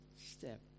step